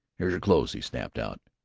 here's your clothes, he snapped out.